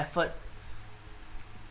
effort